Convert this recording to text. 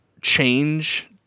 change